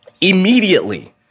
Immediately